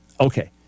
Okay